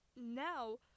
Now